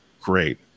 great